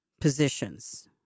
positions